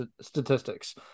statistics